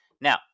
Now